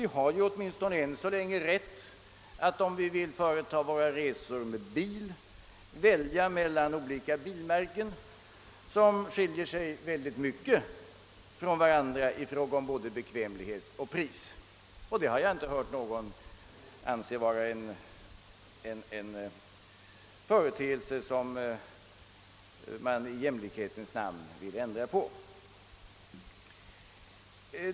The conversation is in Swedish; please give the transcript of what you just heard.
Vi har ju ännu så länge rätt att, om vi företar våra resor med bil, välja mellan olika bilmärken som skiljer sig mycket från varandra i fråga om både bekvämlighet och pris och det har jag inte hört att någon i jämlikhetens namn vill ändra på.